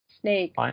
Snake